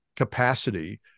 Capacity